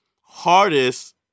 hardest